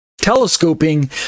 telescoping